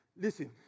Listen